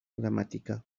gramática